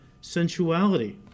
sensuality